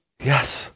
Yes